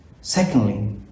Secondly